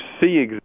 see